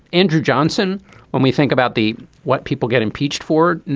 andrew johnson when we think about the what people get impeached for